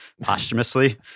posthumously